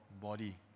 body